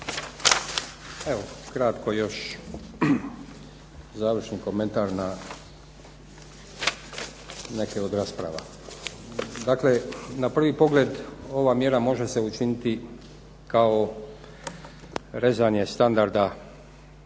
Evo kratko još završni komentar na neke od rasprava. Dakle na prvi pogled ova mjera može se učiniti kao rezanje standarda